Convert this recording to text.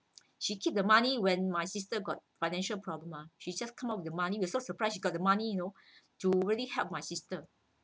shes keep the money when my sister got financial problem ah she just come up with the money we was so surprises she got the money you know to really help my sister